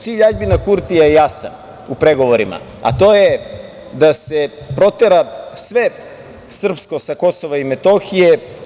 Cilj Aljbina Kurtija je jasan u pregovorima, a to je da se protera sve srpsko sa Kosova i Metohije.